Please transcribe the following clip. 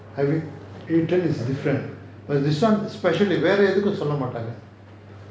have you eaten is different but this [one] வேற எதுக்கும் சொல்ல மாட்டாங்க:vera yaethukum solla maataanga